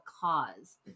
cause